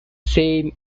same